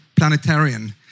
planetarian